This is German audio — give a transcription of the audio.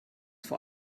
vor